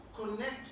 connect